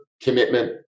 commitment